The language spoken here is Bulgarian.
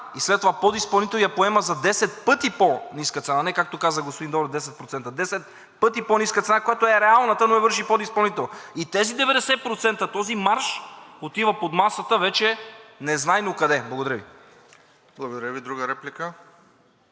след това подизпълнителят я поема за 10 пъти по-ниска цена, а не както каза господин Добрев 10%. 10 пъти по-ниска цена, която е реалната, но я върши подизпълнител. Тези 90%, този марж отива под масата вече незнайно къде. Благодаря Ви. ПРЕДСЕДАТЕЛ РОСЕН